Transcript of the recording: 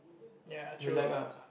ya true lah